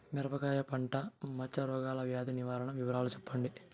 మిరపకాయ పంట మచ్చ రోగాల వ్యాధి నివారణ వివరాలు చెప్పండి?